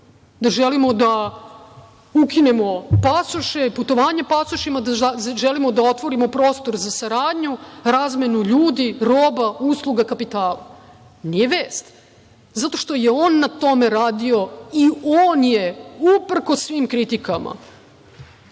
da želimo da ukinemo pasoše, putovanje pasošima, da želimo da otvorimo prostor za saradnju, razmenu ljudi, roba, usluga, kapitala. Nije vest, zato što je on na tome radi i on je, uprkos svim kritikama,